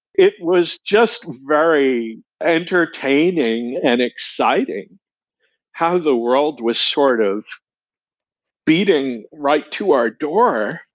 it was just very entertaining and exciting how the world was sort of beating right to our door,